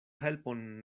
helpon